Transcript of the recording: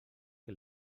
que